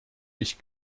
ich